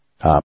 up